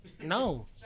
No